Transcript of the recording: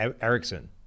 Erickson